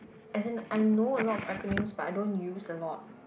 as in I know a lot of acronyms but I don't use a lot